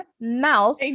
mouth